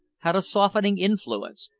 had a softening influence,